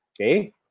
Okay